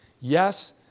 yes